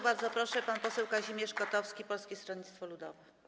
Bardzo proszę, pan poseł Kazimierz Kotowski, Polskie Stronnictwo Ludowe.